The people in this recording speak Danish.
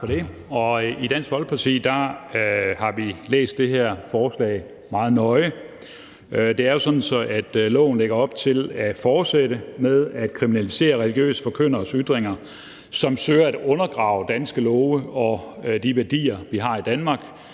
I Dansk Folkeparti har vi læst det her forslag meget nøje. Det er jo sådan, at lovforslaget lægger op til at fortsætte med at kriminalisere religiøse forkynderes ytringer, som søger at undergrave danske love og de værdier, vi har i Danmark,